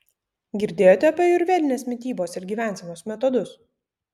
girdėjote apie ajurvedinės mitybos ir gyvensenos metodus